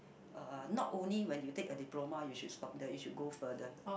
uh not only when you take a diploma you should stop there you should go further